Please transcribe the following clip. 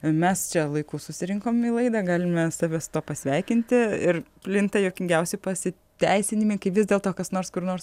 mes čia laiku susirinkom į laidą galime save pasveikinti ir plinta juokingiausi pasiteisinimai kai vis dėlto kas nors kur nors